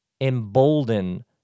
embolden